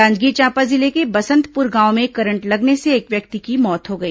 जांजगीर चांपा जिले के बसंतपुर गांव में करंट लगने से एक व्यक्ति की मौत हो गई